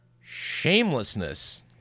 shamelessness